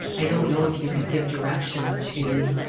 i don't know if you could give direction to